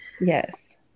Yes